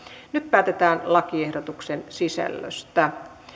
nyt päätetään lakiehdotuksen sisällöstä